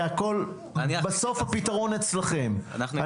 עליהם, בסדר.